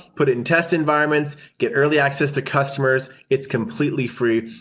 put it in test environments, get early access to customers. it's completely free.